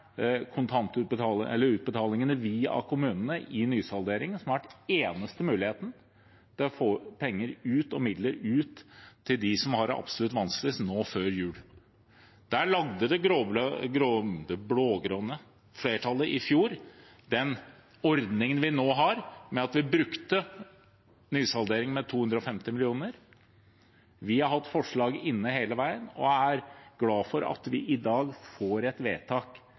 utbetalingene via kommunene i nysalderingen som har vært den eneste muligheten til å få penger og midler ut til dem som har det absolutt vanskeligst nå før jul. Der lagde det blå-grønne flertallet i fjor den ordningen vi nå har, ved at vi brukte nysaldering med 250 mill. kr. Vi har hatt forslag inne hele veien og er glad for at vi i dag får et vedtak